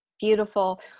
Beautiful